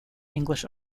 english